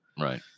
Right